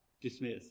dismiss